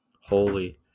Holy